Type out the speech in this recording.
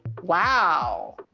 wow.